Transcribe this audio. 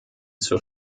zur